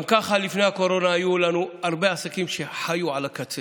גם ככה לפני הקורונה היו לנו הרבה עסקים שחיו על הקצה,